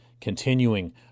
continuing